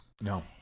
No